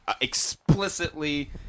explicitly